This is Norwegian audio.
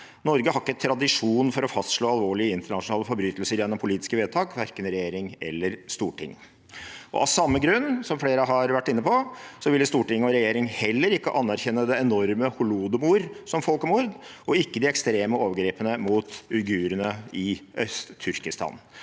Norge ikke har tradisjon for å fastslå alvorlige internasjonale forbrytelser gjennom politiske vedtak, i verken regjering eller storting. Av samme grunn – som flere har vært inne på – ville storting og regjering heller ikke anerkjenne det enorme holodomor som folkemord, og ikke de ekstreme overgrepene mot uigurene i Øst-Turkestan.